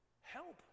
Help